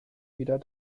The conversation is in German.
wieder